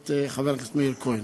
הכנסת מאיר כהן,